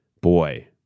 boy